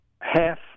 half